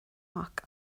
mac